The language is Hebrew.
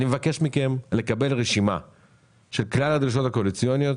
אני מבקש מכם לקבל רשימה של כלל הדרישות הקואליציוניות